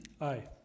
Aye